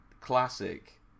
classic